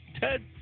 Ted